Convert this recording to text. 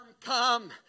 come